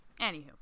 anywho